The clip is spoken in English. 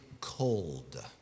cold